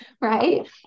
right